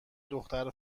دختر